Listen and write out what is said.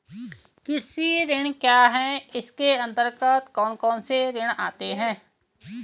कृषि ऋण क्या है इसके अन्तर्गत कौन कौनसे ऋण आते हैं?